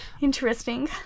Interesting